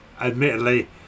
Admittedly